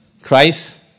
Christ